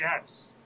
Yes